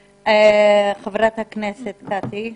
חברת הכנסת שטרית, בבקשה.